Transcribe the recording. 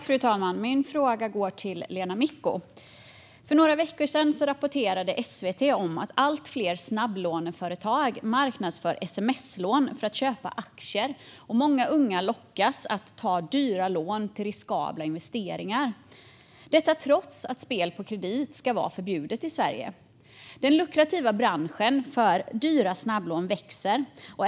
Fru talman! Min fråga går till Lena Micko. För några veckor sedan rapporterade SVT att allt fler snabblåneföretag marknadsför sms-lån för att köpa aktier. Många unga lockas att ta dyra lån till riskabla investeringar. Detta görs trots att spel på kredit ska vara förbjudet i Sverige. Den lukrativa branschen för dyra snabblån växer.